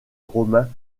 romain